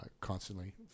constantly